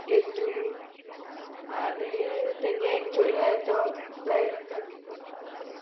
धेंटली आनी तांचें एक हें तो ब्लॅक ताका कितें म्हणटा तें